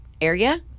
area